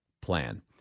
Plan